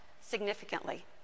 significantly